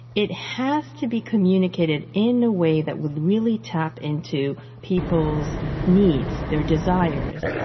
it has to be communicated in a way that would really tap into people's needs, their desires.